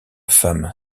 femme